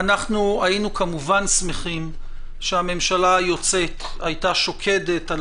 היינו כמובן שמחים שהממשלה היוצאת הייתה שוקדת על